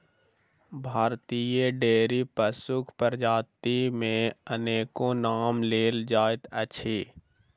भारतीय डेयरी पशुक प्रजाति मे अनेको नाम लेल जाइत अछि